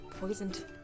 poisoned